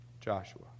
Joshua